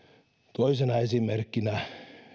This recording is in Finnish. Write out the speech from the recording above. toisena esimerkkinä